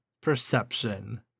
perception